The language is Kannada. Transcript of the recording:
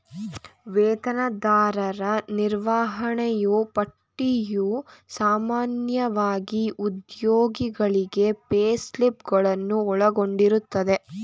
ವೇತನದಾರರ ನಿರ್ವಹಣೆಯೂ ಪಟ್ಟಿಯು ಸಾಮಾನ್ಯವಾಗಿ ಉದ್ಯೋಗಿಗಳಿಗೆ ಪೇಸ್ಲಿಪ್ ಗಳನ್ನು ಒಳಗೊಂಡಿರುತ್ತದೆ